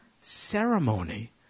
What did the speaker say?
ceremony